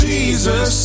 Jesus